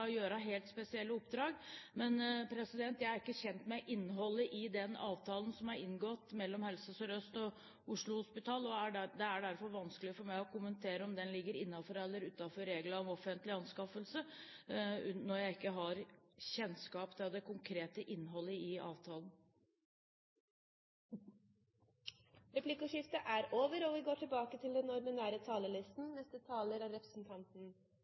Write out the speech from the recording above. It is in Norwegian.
og gjøre helt spesielle oppdrag. Men jeg er ikke kjent med innholdet i den avtalen som er inngått mellom Helse Sør-Øst og Oslo Hospital. Det er derfor vanskelig for meg å kommentere om den ligger innenfor eller utenfor reglene om offentlige anskaffelser, når jeg altså ikke har kjennskap til det konkrete innholdet i avtalen. Replikkordskiftet er omme. De talere som heretter får ordet, har en taletid på inntil 3 minutter. Norge er